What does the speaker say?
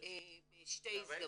בשתי הזדמנויות.